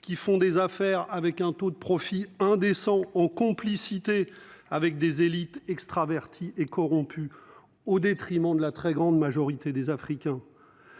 qui font des affaires avec un taux de profits indécents en complicité avec des élites extraverti et corrompu au détriment de la très grande majorité des Africains.